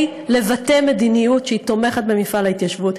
לבטא מדיניות שתומכת במפעל ההתיישבות,